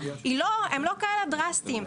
הם לא כאלה דרסטיים,